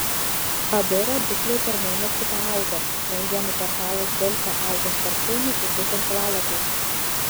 abu rodikliai per mėnesį paaugo naujienų portalas delfi augo sparčiau nei kiti tinklalapiai